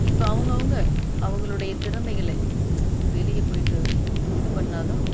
இப்போ அவங்கவுங்க அவங்களுடைய திறமைகளை வெளியே போயிட்டு இது பண்ணுணா தான்